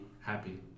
happy